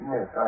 Yes